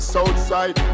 Southside